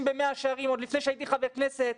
במאה שערים עוד לפני שהייתי חבר כנסת,